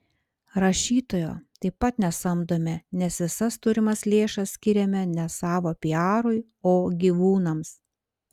rašytojo taip pat nesamdome nes visas turimas lėšas skiriame ne savo piarui o gyvūnams